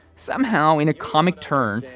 somehow in a comic turn.